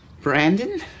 Brandon